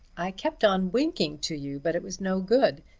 i kept on winking to you but it was no good.